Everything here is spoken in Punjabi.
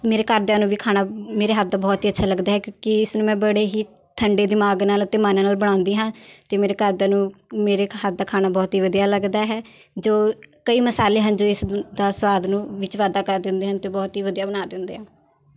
ਮੇਰੇ ਘਰਦਿਆਂ ਨੂੰ ਵੀ ਖਾਣਾ ਮੇਰੇ ਹੱਥ ਦਾ ਬਹੁਤ ਹੀ ਅੱਛਾ ਲੱਗਦਾ ਹੈ ਕਿਉਂਕਿ ਇਸਨੂੰ ਮੈਂ ਬੜੇ ਹੀ ਠੰਡੇ ਦਿਮਾਗ ਨਾਲ ਅਤੇ ਮਨ ਨਾਲ ਬਣਾਉਂਦੀ ਹਾਂ ਅਤੇ ਮੇਰੇ ਘਰਦਿਆਂ ਨੂੰ ਮੇਰੇ ਹੱਥ ਦਾ ਖਾਣਾ ਬਹੁਤ ਹੀ ਵਧੀਆ ਲੱਗਦਾ ਹੈ ਜੋ ਕਈ ਮਸਾਲੇ ਹਨ ਜੋ ਇਸ ਦ ਦਾ ਸਵਾਦ ਨੂੰ ਵਿੱਚ ਵਾਧਾ ਕਰ ਦਿੰਦੇ ਹਨ ਅਤੇ ਬਹੁਤ ਹੀ ਵਧੀਆ ਬਣਾ ਦਿੰਦੇ ਹਨ